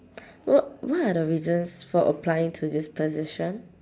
what what are the reasons for applying to this position